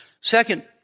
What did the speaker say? Second